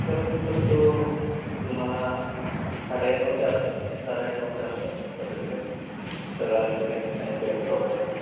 खर्च सर तो तुम्हाला साडेआठ नऊच्या आसपास साडेआठ नऊच्या आसपास बसेल सर सगळं आपल्याला कनेक्शन वगैरे प्रॉपर